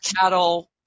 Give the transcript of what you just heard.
cattle